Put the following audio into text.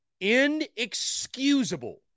inexcusable